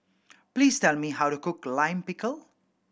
please tell me how to cook Lime Pickle